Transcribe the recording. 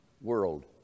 world